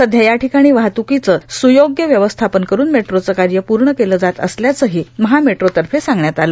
सध्या या ठिकाणी वाहत्कीचं स्योग्य व्यवस्थापन करून मेट्रोचं कार्य पूर्ण केलं जात असल्याचंही महामेट्रोतर्फे सांगण्यात आलं